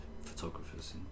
photographers